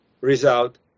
result